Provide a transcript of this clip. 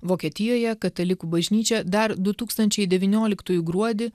vokietijoje katalikų bažnyčia dar du tūkstančiai devynioliktųjų gruodį